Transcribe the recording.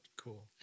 cool